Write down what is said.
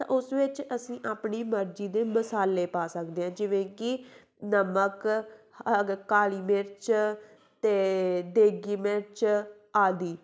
ਤਾਂ ਉਸ ਵਿੱਚ ਅਸੀਂ ਆਪਣੀ ਮਰਜ਼ੀ ਦੇ ਮਸਾਲੇ ਪਾ ਸਕਦੇ ਹਾਂ ਜਿਵੇਂ ਕਿ ਨਮਕ ਕਾਲੀ ਮਿਰਚ ਅਤੇ ਦੇਗੀ ਮਿਰਚ ਆਦਿ